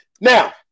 Now